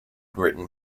written